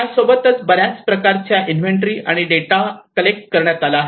त्यासोबतच बरा बराच बऱ्याच इन्व्हेंटरी आणि डेटा कलेक्ट करण्यात आला आहे